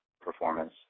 performance